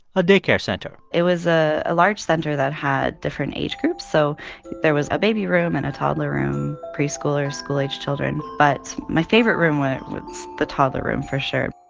a day care center it was a a large center that had different age groups, so there was a baby room and a toddler room, preschoolers, school-age children. but my favorite room was the toddler room for sure